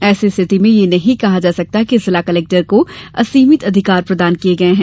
ऐसी स्थिति में यह नहीं कहा जा सकता कि जिला कलेक्टर को असीमित अधिकार प्रदान किये गये है